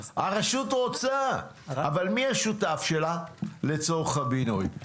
אבל מי השותף שלה לצורך הבינוי?